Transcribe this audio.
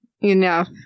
Enough